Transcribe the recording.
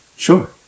Sure